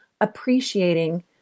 appreciating